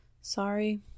Sorry